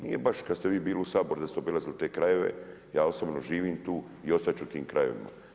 Nije baš kad ste vi bili u Saboru da ste obilazili te krajeve, ja osobno živim tu i ostat ću u tim krajevima.